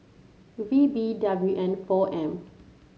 V B W N four M